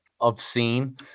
obscene